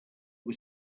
was